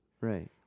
right